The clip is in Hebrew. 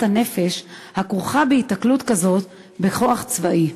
הנפש הכרוכה בהיתקלות כזאת בכוח צבאי.